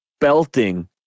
belting